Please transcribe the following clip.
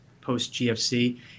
post-GFC